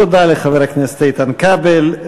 תודה לחבר הכנסת איתן כבל.